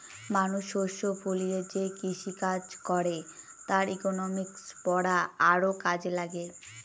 মানুষ শস্য ফলিয়ে যে কৃষিকাজ করে তার ইকনমিক্স পড়া আরও কাজে লাগে